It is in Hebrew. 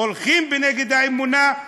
הולכים נגד האמונה,